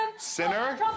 Sinner